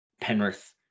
Penrith